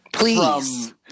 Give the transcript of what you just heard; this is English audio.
Please